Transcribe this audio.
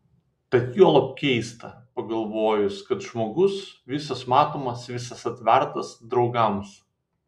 tad juolab keista pagalvojus kad žmogus visas matomas visas atvertas draugams